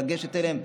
לגשת אליהם?